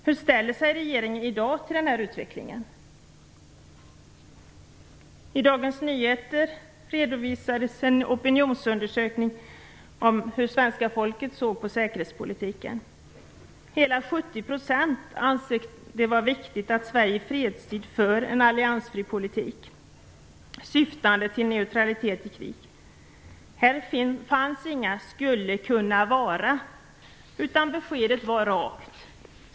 Hur ställer sig regeringen i dag till den här utvecklingen? I Dagens Nyheter redovisades en opinionsundersökning om hur svenska folket ser på säkerhetspolitiken. Hela 70 % ansåg att det var viktigt att Sverige i fredstid för en alliansfri politik syftande till neutralitet i krig. Här fanns inte "skall kunna vara", utan beskedet var rakt.